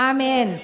Amen